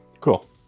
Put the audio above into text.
Cool